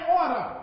order